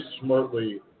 smartly